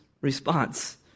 response